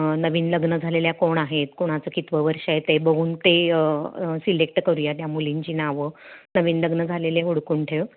नवीन लग्न झालेल्या कोण आहेत कोणाचं कितवं वर्ष आहे ते बघून ते सिलेक्ट करूया त्या मुलींची नावं नवीन लग्न झालेले हुडकून ठेव